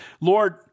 Lord